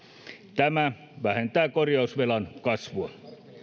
tämä vähentää korjausvelan kasvua